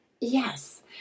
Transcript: Yes